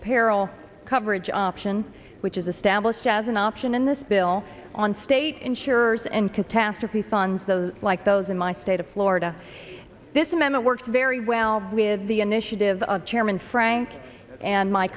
peril coverage option which is a stablished as an option in this bill on state insurers and catastrophe funds those like those in my state of florida this amendment worked very well with the initiative of chairman frank and my